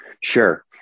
Sure